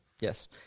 Yes